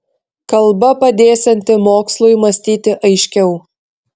kalba padėsianti mokslui mąstyti aiškiau